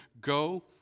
Go